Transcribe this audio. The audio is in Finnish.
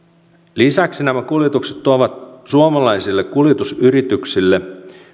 lisäksi nämä kuljetukset tuovat suomalaisille kuljetusyrityksille